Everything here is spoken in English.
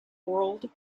world